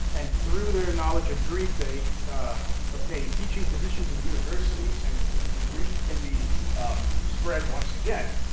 and through their knowledge of greek, they obtain teaching positions in universities, and greek can be um spread once again.